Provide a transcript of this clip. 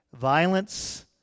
violence